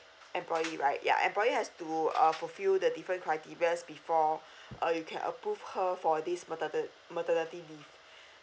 employee right yeah employee has to uh fulfill the different criteria before uh you can approve her for this matern~ maternity leave